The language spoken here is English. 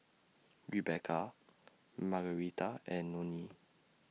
Rebekah Margarita and Nonie